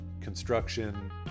construction